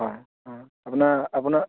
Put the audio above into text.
হয় অ' আপোনাৰ আপোনাৰ